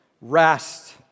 Rest